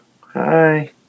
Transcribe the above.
Hi